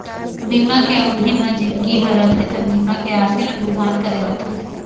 बीमा के अबधि म जिनगी ह रथे त बीमा के राशि ल भुगतान करे जाथे